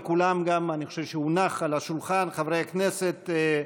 אני חושב שהונח על שולחן חברי הכנסת,